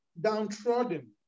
downtrodden